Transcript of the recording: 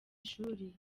ishuri